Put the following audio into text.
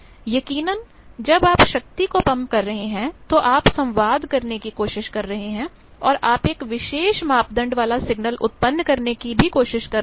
यकीनन जब आप शक्ति को पंप कर रहे हैं तो आप संवाद करने की कोशिश कर रहे हैं और आप एक विशेष मापदंड वाला सिग्नल उत्पन्न करने की कोशिश कर रहे हैं